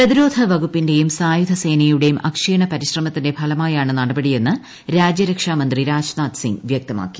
പ്രതിരോധ വകുപ്പിന്റെയും സായുധ സേനയുടെയും അക്ഷീണ പരിശ്രമത്തിന്റെ ഫലമായാണ് നടപടിയെന്ന് രാജ്യരക്ഷാമന്ത്രി രാജ്നാഥ് സിങ്ങ് വ്യക്തമാക്കി